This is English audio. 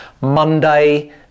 monday